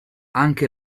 anche